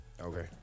okay